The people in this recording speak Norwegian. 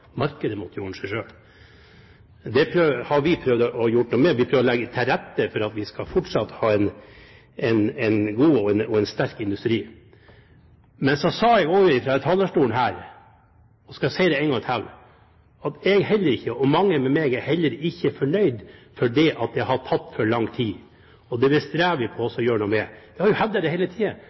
Markedet måtte ordne seg selv. Det har vi prøvd å gjøre noe med. Vi prøver å legge til rette for at vi fortsatt skal ha en god og sterk industri. Men så sa jeg også fra talerstolen her – og nå skal jeg si det én gang til – at jeg, og mange med meg, heller ikke er fornøyd, fordi det har tatt for lang tid, og det bestreber vi oss på å gjøre noe med. Jeg har jo hevdet det hele tiden. Det stemmer ikke at jeg har sagt at det har vært rosenrødt i forhold til industrikraftregimet. Nei, det